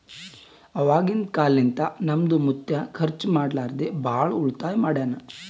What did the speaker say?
ಅವಾಗಿಂದ ಕಾಲ್ನಿಂತ ನಮ್ದು ಮುತ್ಯಾ ಖರ್ಚ ಮಾಡ್ಲಾರದೆ ಭಾಳ ಉಳಿತಾಯ ಮಾಡ್ಯಾನ್